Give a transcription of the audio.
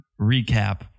recap